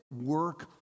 work